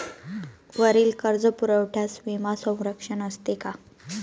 वरील कर्जपुरवठ्यास विमा संरक्षण असते का?